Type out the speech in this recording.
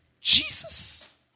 Jesus